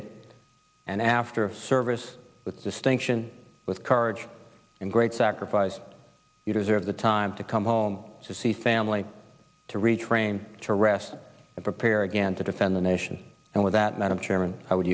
it and after of service with distinction with courage and great sacrifice you deserve the time to come home to see family to retrain to rest and prepare again to defend the nation and with that madam chairman how would